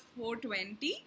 420